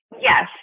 Yes